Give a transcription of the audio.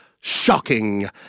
shocking